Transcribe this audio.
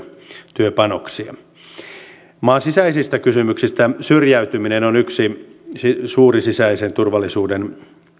työpanoksia maan sisäisistä kysymyksistä yksi suuri sisäisen turvallisuuden